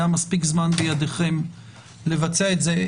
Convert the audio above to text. היה מספיק זמן בידכם לבצע את זה,